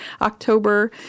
October